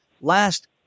last